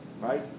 right